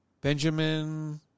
Benjamin